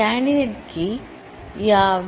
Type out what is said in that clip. candidate key யாவை